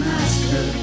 Master